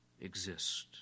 exist